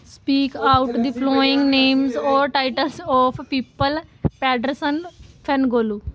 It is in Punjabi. speak out the following names or titles of people Pedersen Fan Golo